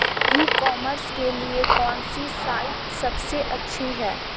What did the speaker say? ई commerce के लिए कौनसी साइट सबसे अच्छी है?